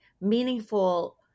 meaningful